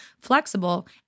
flexible